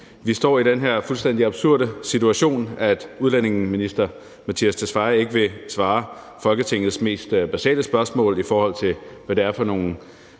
vi står i den her fuldstændig absurde situation, at udlændinge- og integrationsministeren ikke vil svare på Folketingets mest basale spørgsmål om, hvad det er for nogle